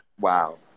Wow